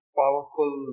powerful